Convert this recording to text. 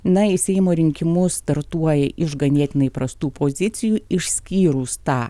na jei seimo rinkimus startuoji iš ganėtinai prastų pozicijų išskyrus tą